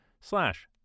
slash